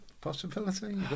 possibility